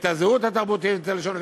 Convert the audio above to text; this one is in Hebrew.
את הזהות התרבותית ואת הלשון.